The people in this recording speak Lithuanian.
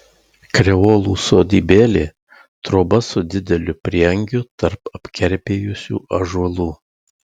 kreolų sodybėlė troba su dideliu prieangiu tarp apkerpėjusių ąžuolų